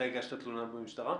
הגשת תלונה במשטרה?